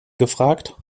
gefragt